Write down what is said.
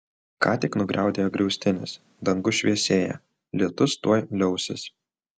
ką tik nugriaudėjo griaustinis dangus šviesėja lietus tuoj liausis